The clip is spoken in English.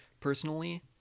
personally